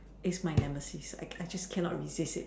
is my nemesis I can't resist